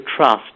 trust